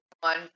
one